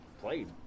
played